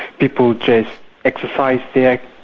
people just exercised their